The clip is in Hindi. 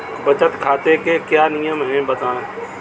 बचत खाते के क्या नियम हैं बताएँ?